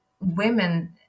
women